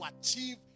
achieve